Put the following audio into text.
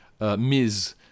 Ms